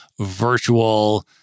virtual